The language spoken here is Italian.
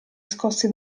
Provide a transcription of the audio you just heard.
scossi